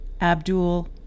Abdul